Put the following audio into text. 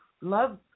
love